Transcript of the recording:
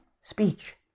speech